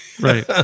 Right